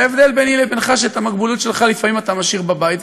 ההבדל ביני לבינך שאת המוגבלות שלך לפעמים אתה משאיר בבית,